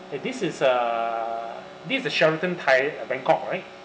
eh this is uh this is the sheraton thai bangkok right